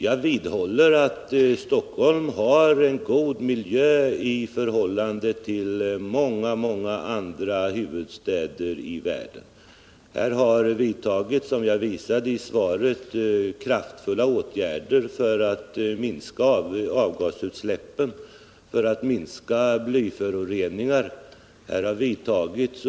Jag vidhåller att Stockholm har en god miljö i förhållande till många andra huvudstäder i världen. Här har, såsom jag visade i svaret, vidtagits kraftfulla åtgärder för att minska avgasutsläppen och blyföroreningarna.